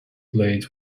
played